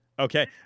Okay